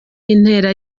intera